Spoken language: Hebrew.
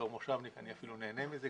כמושבניק אני אפילו קצת נהנה מזה.